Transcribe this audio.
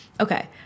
Okay